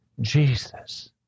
Jesus